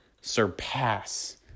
surpass